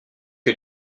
que